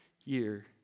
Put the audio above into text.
year